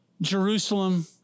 Jerusalem